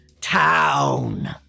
town